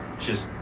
just